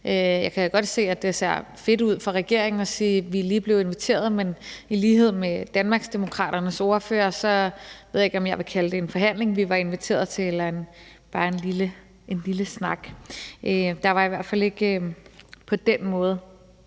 Jeg kan da godt se, at det ser fedt ud for regeringen at sige, at vi lige blev inviteret, men i lighed med Danmarksdemokraternes ordfører ved jeg ikke, om jeg vil kalde det en forhandling. Vi var inviteret til bare en lille snak. Der var i hvert fald ikke på den måde